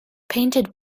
painted